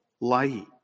light